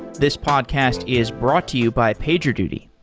this podcast is brought to you by pagerduty.